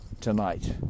tonight